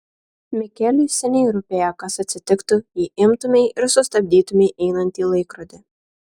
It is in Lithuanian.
mikeliui seniai rūpėjo kas atsitiktų jei imtumei ir sustabdytumei einantį laikrodį